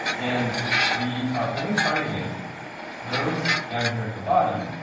and we are only targeting those down here at the bottom.